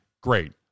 great